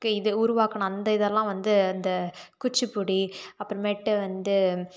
இது உருவாக்கின அந்த இதெல்லாம் வந்து அந்த குச்சிப்புடி அப்புறமேட்டு வந்து